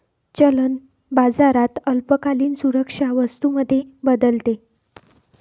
चलन बाजारात अल्पकालीन सुरक्षा वस्तू मध्ये बदलते